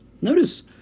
Notice